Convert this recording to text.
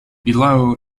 below